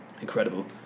Incredible